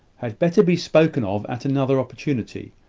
had better be spoken of at another opportunity,